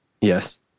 Yes